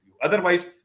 Otherwise